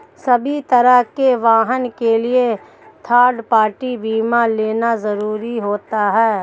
सभी तरह के वाहन के लिए थर्ड पार्टी बीमा लेना जरुरी होता है